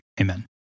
Amen